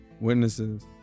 Witnesses